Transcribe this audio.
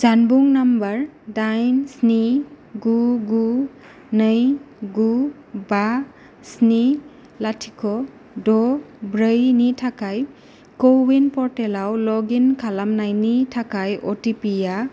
जानबुं नम्बर दाइन स्नि गु गु नै गु बा स्नि लाथिख' द' ब्रै नि थाखाय क' विन पर्टेलाव लग इन खालामनायनि थाखाय अटिपि आ